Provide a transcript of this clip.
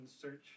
search